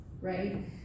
right